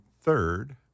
third